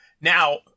Now